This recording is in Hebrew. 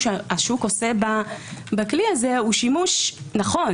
שהשוק עושה בכלי הזה הוא שימוש נכון,